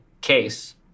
case